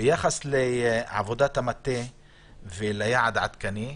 ביחס לעבודת המטה וליעד עדכני,